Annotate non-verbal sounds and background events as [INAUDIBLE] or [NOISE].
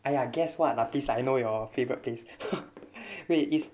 !aiya! guess what lah please lah I know your favourite place [LAUGHS] wait it's